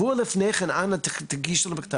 אנא מכם,